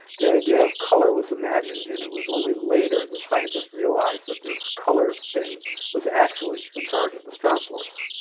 the idea of color was imagined and it was only later that scientists realized that this color thing was actually the charge of the strong force.